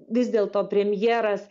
vis dėlto premjeras